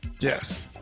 Yes